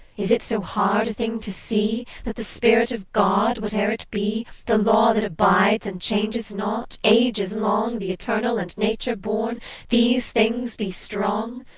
is it so hard a thing to see, that the spirit of god, whate'er it be, the law that abides and changes not, ages long, the eternal and nature-born these things be strong?